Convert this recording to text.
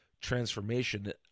transformation